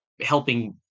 helping